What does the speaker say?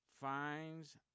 Finds